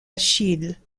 achille